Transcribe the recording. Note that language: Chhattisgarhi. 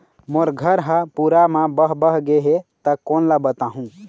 मोर घर हा पूरा मा बह बह गे हे हे ता कोन ला बताहुं?